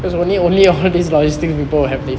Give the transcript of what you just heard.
if you need only a hundred these long as theoretical happy